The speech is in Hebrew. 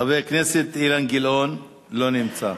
חבר הכנסת אילן גילאון, לא נמצא.